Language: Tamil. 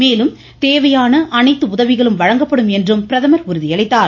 மேலும் தேவையான அனைத்து உதவிகளும் வழங்கப்படும் என்றும் பிரதமர் தெரிவித்தார்